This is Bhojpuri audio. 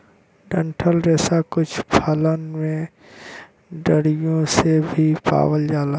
डंठल रेसा कुछ फलन के डरियो से भी पावल जाला